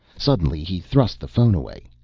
suddenly he thrust the phone away.